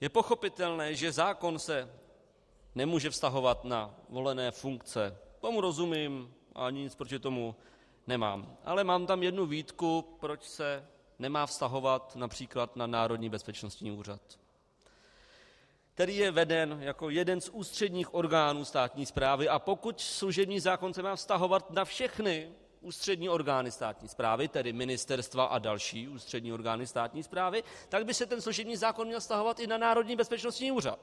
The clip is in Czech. Je pochopitelné, že zákon se nemůže vztahovat na volené funkce, tomu rozumím, ani nic proti tomu nemám, ale mám tam jednu výtku, proč se nemá vztahovat např. na Národní bezpečnostní úřad, který je veden jako jeden z ústředních orgánů státní správy, a pokud služební zákon se má vztahovat na všechny ústřední orgány státní správy, tedy ministerstva a další ústřední orgány státní správy, tak by se služební zákon měl vztahovat i na Národní bezpečnostní úřad.